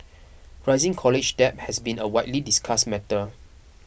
rising college debt has been a widely discussed matter